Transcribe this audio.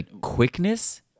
quickness